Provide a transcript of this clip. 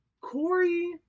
Corey